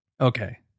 Okay